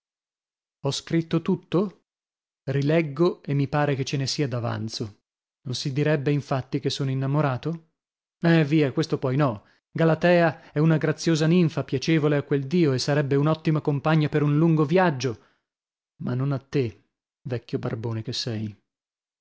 ho scritto tutto rileggo e mi pare che ce ne sia d'avanzo non si direbbe infatti che sono innamorato eh via questo poi no galatea è una graziosa ninfa piacevole a quel dio e sarebbe un'ottima compagna per un lungo viaggio ma non a te vecchio barbone che sei